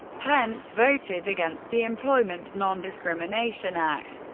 pence voted against the employment non-discrimination act,